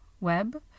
Web